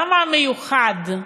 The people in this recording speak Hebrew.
למה המיוחד?